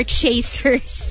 chasers